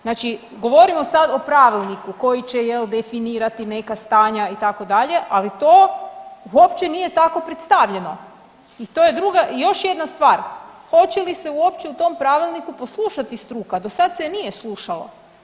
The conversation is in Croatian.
Znači govorimo sad o pravilniku koji će, je li, definirati neka stanja, itd., ali to uopće nije tako predstavljeno i to je druga, još jedna stvar, hoće li se uopće u tom pravilniku poslušati struka, do sad se je nije slušalo.